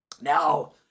Now